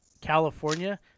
California